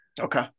Okay